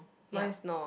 mine is not